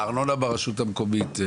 הארנונה ברשות המקומית?